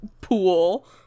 pool